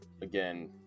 again